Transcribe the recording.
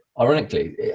ironically